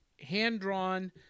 hand-drawn